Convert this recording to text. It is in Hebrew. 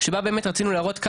שבה רצינו להראות,